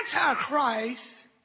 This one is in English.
Antichrist